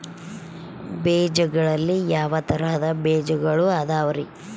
ಬೇಜಗಳಲ್ಲಿ ಯಾವ ತರಹದ ಬೇಜಗಳು ಅದವರಿ?